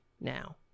now